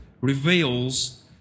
reveals